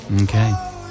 Okay